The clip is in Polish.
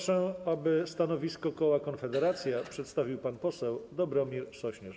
Stanowisko koła Konfederacja przedstawi pan poseł Dobromir Sośnierz.